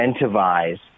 incentivize